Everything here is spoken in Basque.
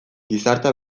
gizartea